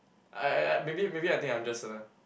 uh maybe maybe I think I'm just a